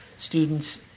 Students